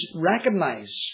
recognize